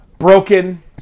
Broken